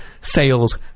sales